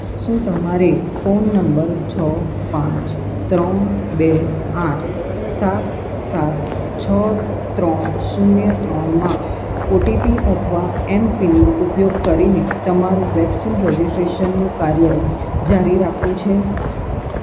શું તમારે phone number છ પાંચ ત્રણ બે આઠ સાત સાત છ ત્રણ શૂન્ય ત્રણમાં ઓટીપી અથવા એમ પિનનો ઉપયોગ કરીને તમારું વેક્સિન રજિસ્ટ્રેશનનું કાર્ય જારી રાખવું છે